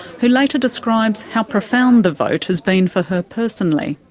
who later describes how profound the vote has been for her personally.